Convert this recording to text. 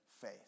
faith